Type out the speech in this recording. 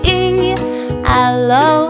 Hello